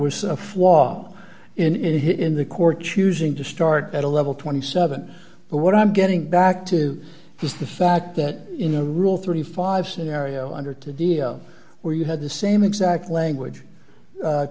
was a flaw in here in the court choosing to start at a level twenty seven but what i'm getting back to is the fact that in a rule thirty five scenario under to deal where you had the same exact language